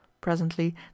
Presently